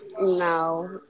no